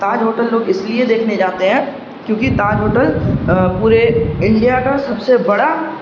تاج hotel لوگ اس لیے دیکھنے جاتے ہیں کیونکہ تاج ہوٹل پورے انڈیا کا سب سے بڑا